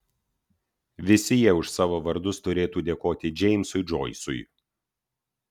visi jie už savo vardus turėtų dėkoti džeimsui džoisui